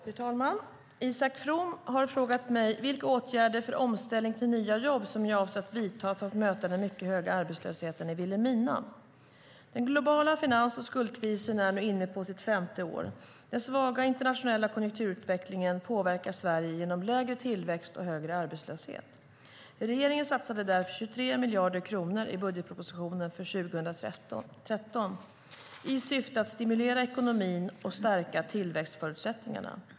Fru talman! Isak From har frågat mig vilka åtgärder för omställning till nya jobb som jag avser att vidta för att möta den mycket höga arbetslösheten i Vilhelmina. Den globala finans och skuldkrisen är nu inne på sitt femte år. Den svaga internationella konjunkturutvecklingen påverkar Sverige genom lägre tillväxt och högre arbetslöshet. Regeringen satsade därför 23 miljarder kronor i budgetpropositionen för 2013 i syfte att stimulera ekonomin och stärka tillväxtförutsättningarna.